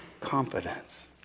confidence